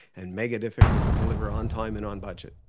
and mega difficult to deliver on time and on budget.